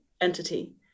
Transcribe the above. entity